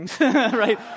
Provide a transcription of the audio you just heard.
right